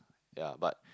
ya but